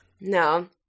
No